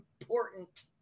important